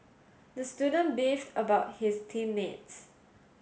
the student beefed about his team mates